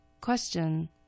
Question